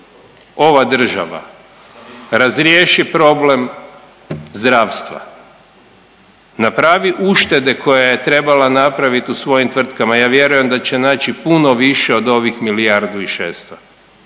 ova država razriješi problem zdravstva, napravi uštede koje je trebala napraviti u svojim tvrtkama, ja vjerujem da će naći puno više od ovih milijardu i 600,